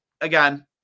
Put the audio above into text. again